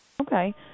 Okay